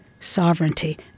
sovereignty